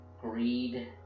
greed